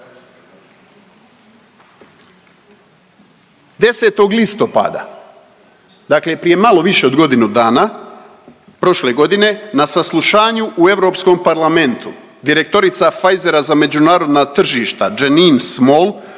10. listopada, dakle prije malo više od godinu dana prošle godine na saslušanju u Europskom parlamentu direktorica Pfizera za međunarodna tržišta Janine Small